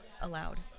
allowed